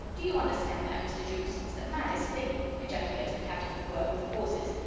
do you understand that, mr. jukes? its the maddest thing! ejaculated captain macwhirr, with pauses,